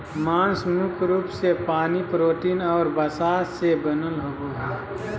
मांस मुख्य रूप से पानी, प्रोटीन और वसा से बनल होबो हइ